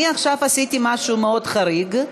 עכשיו עשיתי משהו מאוד חריג,